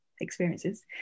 experiences